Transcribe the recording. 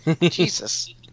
jesus